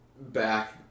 back